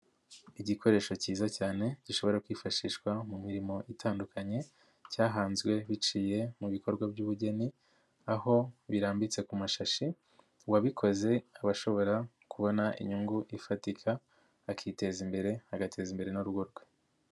Igikoresho kiza cyane gishobora kwifashishwa mu mirimo itandukanye, cyahanzwe biciye mu bikorwa by'ubugeni aho birambitse ku mashashi, uwabikoze akaba ashobora kubona inyungu ifatika, akiteza imbere, agateza imbere n'urugo rwe.